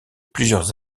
plusieurs